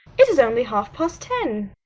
it is only half-past ten.